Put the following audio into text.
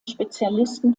spezialisten